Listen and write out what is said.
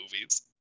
movies